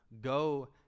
go